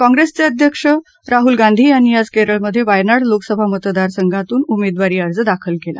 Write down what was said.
कप्रेसचे अध्यक्ष राहुल गांधी यांनी आज केरळमधे वायनाड लोकसभा मतदारसंघातून उमेदवारी अर्ज दाखल केला